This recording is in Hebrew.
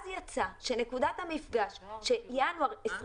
אז יצא שנקודת המפגש של ינואר 2021